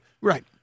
Right